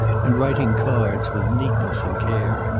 and writing cards with neatness and care.